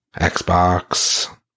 Xbox